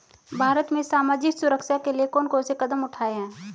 भारत में सामाजिक सुरक्षा के लिए कौन कौन से कदम उठाये हैं?